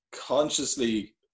consciously